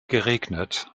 geregnet